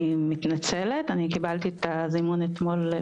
אני מתנצלת, אני קיבלתי את הזימון אתמול.